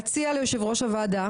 אציע ליושב ראש הוועדה,